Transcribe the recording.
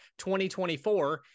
2024